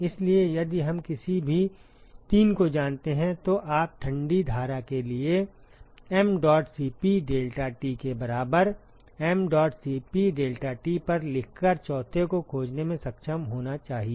इसलिए यदि हम किसी भी 3 को जानते हैं तो आप ठंडी धारा के लिए mdot Cp deltaT के बराबर mdot Cp deltaT पर लिखकर चौथे को खोजने में सक्षम होना चाहिए